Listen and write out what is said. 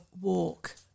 Walk